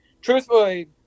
truthfully